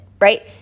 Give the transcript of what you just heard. right